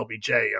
LBJ